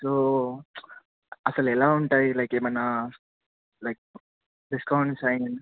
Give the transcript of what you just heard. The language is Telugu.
సో అసలు ఎలా ఉంటాయి లైక్ ఏమైనా లైక్ డిస్కౌంట్స్ అవి